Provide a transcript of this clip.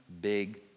big